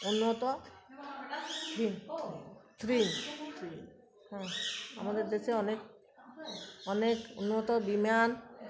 উন্নত থ্রি হ্যাঁ আমাদের দেশে অনেক অনেক উন্নত বিমান